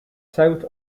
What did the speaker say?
south